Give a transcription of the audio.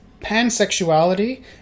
pansexuality